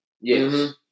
Yes